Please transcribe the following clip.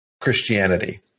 Christianity